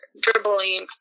dribbling